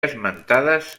esmentades